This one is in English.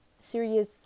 serious